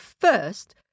first